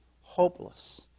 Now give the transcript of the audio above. hopeless